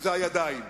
זה הידיים,